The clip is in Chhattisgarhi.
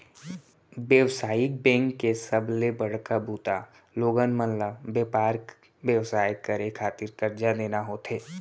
बेवसायिक बेंक के सबले बड़का बूता लोगन मन ल बेपार बेवसाय करे खातिर करजा देना होथे